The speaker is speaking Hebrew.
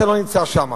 אתה לא נמצא שם.